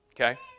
Okay